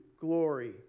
glory